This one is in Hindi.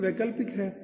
तो ये वैकल्पिक हैं